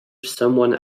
someone